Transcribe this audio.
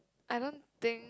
I don't think